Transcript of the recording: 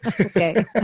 Okay